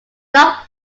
not